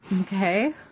Okay